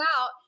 out